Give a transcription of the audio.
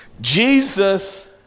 jesus